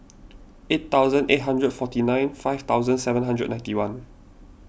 eight thousand eight hundred and forty nine five thousand seven hundred and ninety one